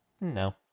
No